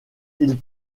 ils